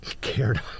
cared